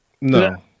No